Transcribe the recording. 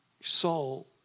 Saul